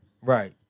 Right